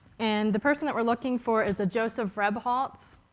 and the person that we're looking for is a joseph rebholz.